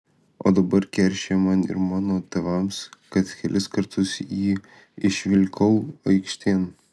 o dabar keršija man ir mano tėvams kad kelis kartus jį išvilkau aikštėn